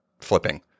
flipping